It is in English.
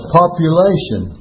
population